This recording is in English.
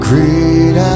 Great